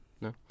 no